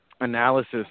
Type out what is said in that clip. analysis